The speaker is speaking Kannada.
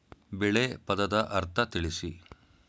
ಬೆಳೆ ಪದದ ಅರ್ಥ ತಿಳಿಸಿ?